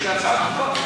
יש לי הצעה דחופה.